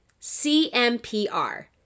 CMPR